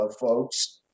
folks